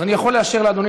אז אני יכול לאשר לאדוני,